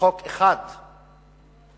הכנסת כמעט שלא העבירה חוק אחד,